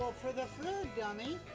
for the food, dummy.